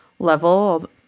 Level